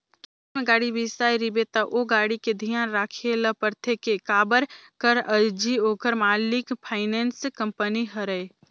किस्ती में गाड़ी बिसाए रिबे त ओ गाड़ी के धियान राखे ल परथे के काबर कर अझी ओखर मालिक फाइनेंस कंपनी हरय